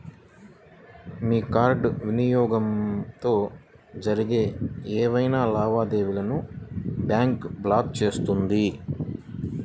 మీ card వినియోగంతో జరిగే ఏవైనా లావాదేవీలను బ్యాంక్ బ్లాక్ చేస్తుంది